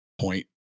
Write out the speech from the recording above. point